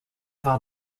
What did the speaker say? war